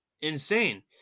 insane